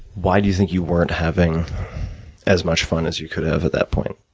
why do you think you weren't having as much fun as you could have, at that point?